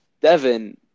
Devin